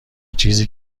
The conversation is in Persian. چیزی